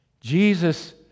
Jesus